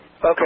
Okay